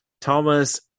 Thomas